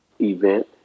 event